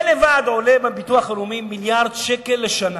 זה לבד עולה בביטוח הלאומי מיליארד שקל לשנה,